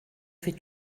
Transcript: fait